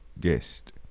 guest